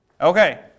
Okay